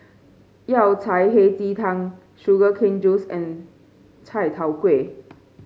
Yao Cai Hei Ji Tang Sugar Cane Juice and Chai Tow Kuay